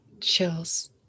chills